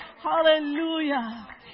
Hallelujah